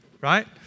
Right